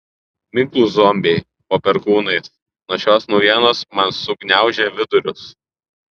miklūs zombiai po perkūnais nuo šios naujienos man sugniaužė vidurius